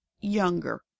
younger